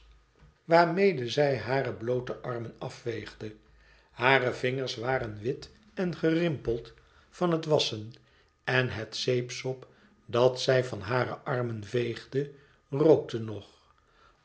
waarmede zij hare bloote armen afveegde hare vingers waren wit en gerimpeld van het wasschen en het zeepsop dat zij van hare armen veegde rookte nog